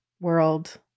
World